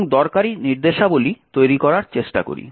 এবং দরকারী নির্দেশাবলী তৈরি করার চেষ্টা করি